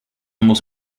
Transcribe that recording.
muss